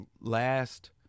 last